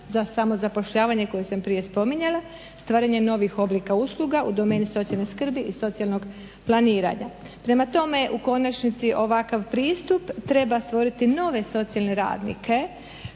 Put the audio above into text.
za samozapošljavanje koje sam prije spominjala, stvaranje novih oblika usluga u domeni socijalne skrbi i socijalnog planiranja. Prema tome, u konačnici ovakav pristup treba stvoriti nove socijalne radnike